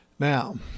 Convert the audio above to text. Now